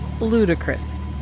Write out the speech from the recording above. ludicrous